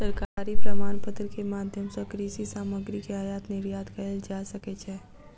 सरकारी प्रमाणपत्र के माध्यम सॅ कृषि सामग्री के आयात निर्यात कयल जा सकै छै